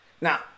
Now